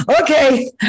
okay